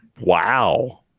Wow